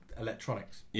electronics